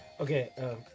Okay